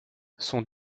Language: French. son